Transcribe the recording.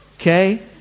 okay